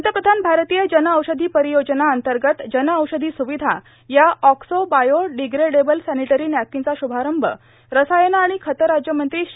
पंतप्रधान भारतीय जन औषधी परियोजना अंतर्गत जन औषधी सुविधा या ऑक्सो बायो डिप्रेडेबल सॅनिटरी नॅपकिनचा शुभारंभ रसायन आणि खत राज्यमंत्री श्री